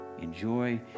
Enjoy